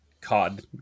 COD